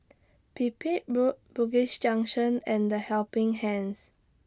Pipit Road Bugis Junction and The Helping Hand